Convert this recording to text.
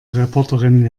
reporterin